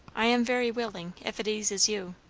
i am very willing, if it eases you.